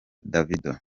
davido